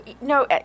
No